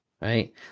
right